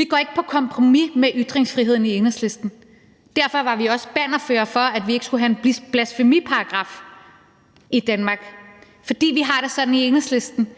ikke på kompromis med ytringsfriheden. Derfor var vi også bannerførere for, at vi ikke skulle have en blasfemiparagraf i Danmark. For vi i Enhedslisten